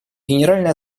генеральная